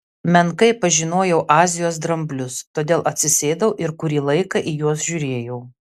menkai pažinojau azijos dramblius todėl atsisėdau ir kurį laiką į juos žiūrėjau